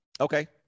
Okay